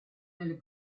nelle